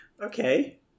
Okay